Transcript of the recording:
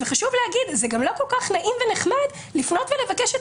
חשוב להגיד שזה לא כל כך נעים ונחמד לפנות ולבקש את